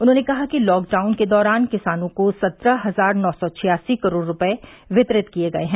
उन्होंने कहा कि लॉकडाउन के दौरान किसानों को सत्रह हजार नौ सौ छियासी करोड़ रुपये वितरित किए गए हैं